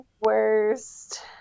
worst